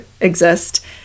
exist